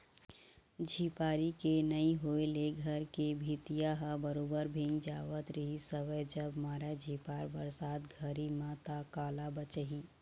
झिपारी के नइ होय ले घर के भीतिया ह बरोबर भींग जावत रिहिस हवय जब मारय झिपार बरसात घरी म ता काला बचही